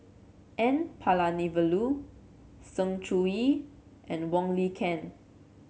N Palanivelu Sng Choon Yee and Wong Lin Ken